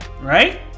Right